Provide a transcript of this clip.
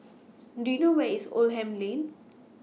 Do YOU know Where IS Oldham Lane